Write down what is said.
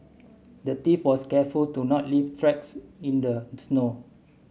the thief was careful to not leave tracks in the snow